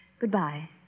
Goodbye